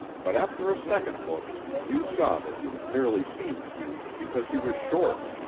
but after a second look you saw that he merely seemed huge because he was short.